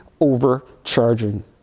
overcharging